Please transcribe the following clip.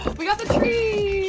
we got the trees!